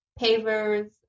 pavers